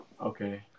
Okay